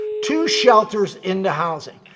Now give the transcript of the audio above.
to shelters into housing.